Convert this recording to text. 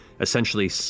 essentially